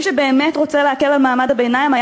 מי שבאמת רוצה להקל על מעמד הביניים היה